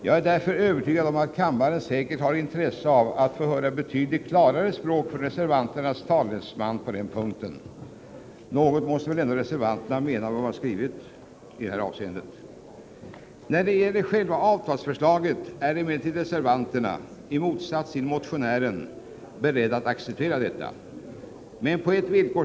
Jag är övertygad om att kammaren har intresse av att på denna punkt få höra ett betydligt klarare språk från reservanternas talesman. Något måste väl ändå reservanterna mena med vad de skrivit i det här avseendet. När det sedan gäller själva avtalsförslaget är emellertid reservanterna — i motsats till motionären — beredda att acceptera detta. Men man gör det på ett villkor.